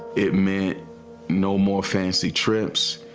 it mean no more fancy trips,